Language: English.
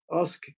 Ask